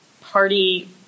party